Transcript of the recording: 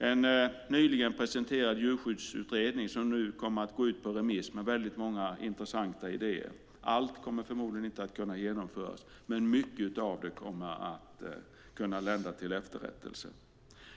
En nyligen presenterad djurskyddsutredning med väldigt många intressanta idéer kommer nu att gå ut på remiss. Allt kommer förmodligen inte att kunna genomföras, men mycket av det kommer att kunna lända till efterrättelse.